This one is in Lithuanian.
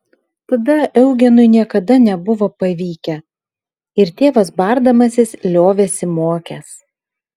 tada eugenui niekada nebuvo pavykę ir tėvas bardamasis liovėsi mokęs